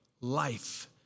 life